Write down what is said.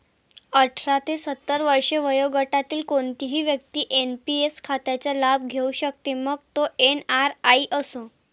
अठरा ते सत्तर वर्षे वयोगटातील कोणतीही व्यक्ती एन.पी.एस खात्याचा लाभ घेऊ शकते, मग तो एन.आर.आई असो